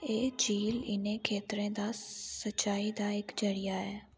एह् झील इ'नें खेतरें दा संचाई दा इक जरिया ऐ